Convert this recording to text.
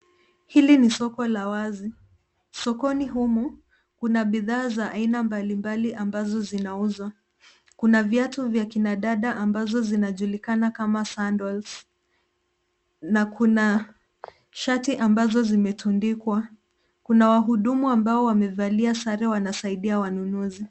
Hili ni soko la wazi. Sokoni humu, kuna bidhaa za aina mbalimbali ambazo zinauzwa. Kuna viatu vya kina dada ambazo zinajulikana kama sandals , na kuna shati ambazo zimetundikwa. Kuna wahudumu ambao wamevalia sare wanasaidia wanunuzi.